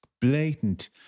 blatant